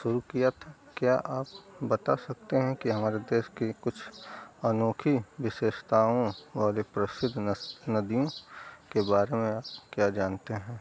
शुरू किया था क्या आप बता सकते हैं कि हमारे देश की कुछ अनोखी विशेषताओं वाली प्रसिद्ध न नदियों के बारे में आप क्या जानते हैं